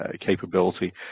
capability